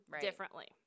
differently